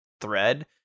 thread